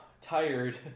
tired